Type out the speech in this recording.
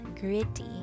gritty